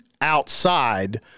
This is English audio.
outside